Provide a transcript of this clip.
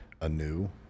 anew